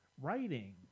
writing